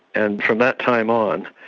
and from that time on,